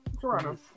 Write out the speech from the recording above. Toronto